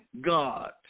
God